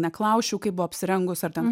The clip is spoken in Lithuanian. neklausčiau kaip buvo apsirengus ar ten